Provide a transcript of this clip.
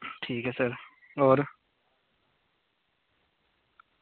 ठीक ऐ सर होर